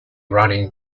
running